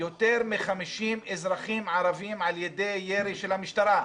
יותר מ-50 אזרחים ערבים על ידי ירי של המשטרה.